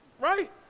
Right